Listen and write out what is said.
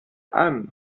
alm